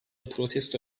protesto